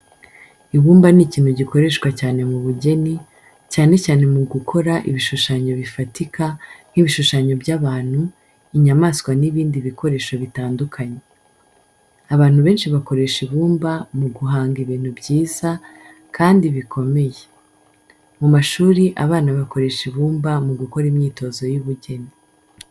Ibumba ni ikintu gikoreshwa cyane mu bugeni, cyane cyane mu gukora ibishushanyo bifatika nk'ibishushanyo by'abantu, inyamaswa n'ibindi bikoresho bitandukanye. Abantu benshi bakoresha ibumba mu guhanga ibintu byiza, kandi bikomeye. Mu mashuri abana bakoresha ibumba mu gukora imyitozo y'ubugeni.